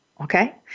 Okay